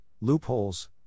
loopholes